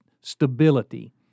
stability